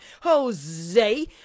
Jose